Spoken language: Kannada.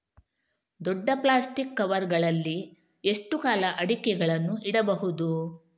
ದೊಡ್ಡ ಪ್ಲಾಸ್ಟಿಕ್ ಕವರ್ ಗಳಲ್ಲಿ ಎಷ್ಟು ಕಾಲ ಅಡಿಕೆಗಳನ್ನು ಇಡಬಹುದು?